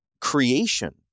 creation